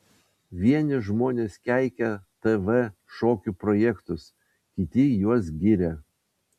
vieni žmonės keikia tv šokių projektus kiti juos giria